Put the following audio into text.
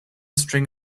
string